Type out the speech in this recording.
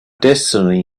destiny